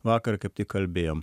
vakar kaip tik kalbėjom